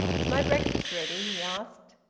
is my breakfast ready? he asked.